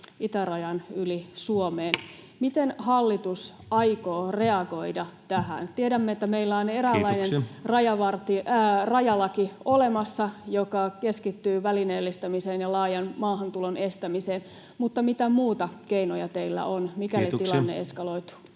Miten hallitus aikoo reagoida tähän? [Puhemies: Kiitoksia!] Tiedämme, että meillä on eräänlainen rajalaki olemassa, joka keskittyy välineellistämiseen ja laajan maahantulon estämiseen, mutta mitä muita keinoja teillä on, mikäli tilanne eskaloituu?